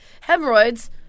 hemorrhoids